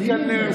אל תיכנס,